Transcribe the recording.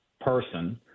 person